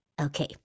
Okay